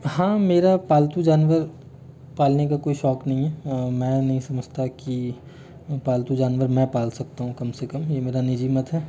हाँ मेरा पालतू जानवर पालने का कोई शौक़ नहीं है मैं नहीं समझता कि पालतू जानवर मैं पाल सकता हूँ कम से कम ये मेरा निजी मत है